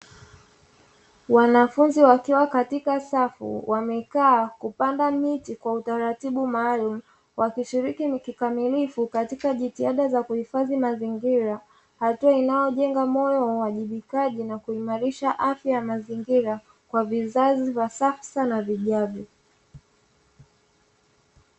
Wanafunzi wakiwa katika safu wamekaa wakipanda miti hatua inayojenga uzalishaji wa miti kwa vizazi vya sasa na vijavyo